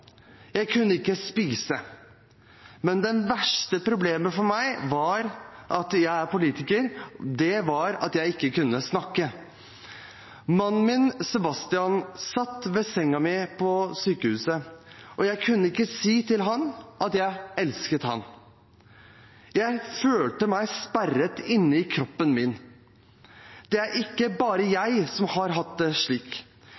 jeg kunne ikke spise. Men det verste problemet for meg som politiker, var at jeg ikke kunne snakke. Mannen min, Sebastian, satt ved senga mi på sykehuset, men jeg kunne ikke si at jeg elsket ham. Jeg følte meg sperret inne i kroppen min. Det er ikke bare jeg som har hatt det slik.